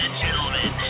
gentlemen